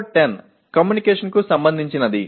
అప్పుడు PO10 కమ్యూనికేషన్కు సంబంధించినది